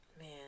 Man